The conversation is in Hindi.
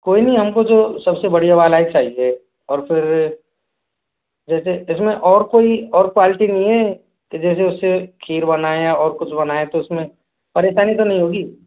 कोई नहीं हम को तो सब से बढ़िया वाला ही चाहिए और फिर जैसे इस में और कोई और क्वालिटी नहीं है कि जैसे उस से खीर बनाए और कुछ बनाए तो उस में परेशानी तो नहीं होगी